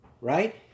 Right